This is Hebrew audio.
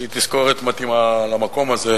שהיא תזכורת מתאימה למקום הזה,